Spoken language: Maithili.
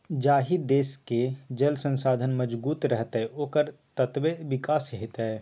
जाहि देशक जल संसाधन मजगूत रहतै ओकर ततबे विकास हेतै